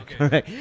okay